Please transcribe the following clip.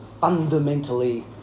fundamentally